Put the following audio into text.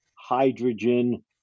hydrogen